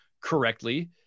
correctly